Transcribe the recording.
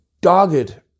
dogged